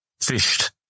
fished